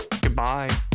Goodbye